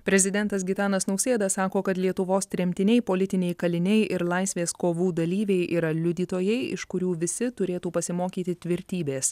prezidentas gitanas nausėda sako kad lietuvos tremtiniai politiniai kaliniai ir laisvės kovų dalyviai yra liudytojai iš kurių visi turėtų pasimokyti tvirtybės